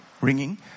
ringing